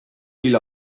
hil